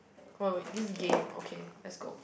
wait wait this game okay let's go